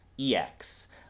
EX